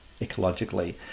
ecologically